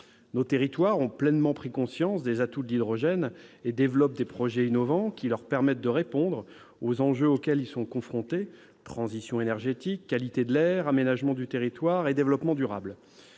Nos territoires, qui ont pleinement pris conscience des atouts de l'hydrogène, développent des projets innovants leur permettant de répondre aux enjeux auxquels ils sont confrontés : transition énergétique, qualité de l'air, aménagement du territoire et développement durable.